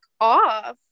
off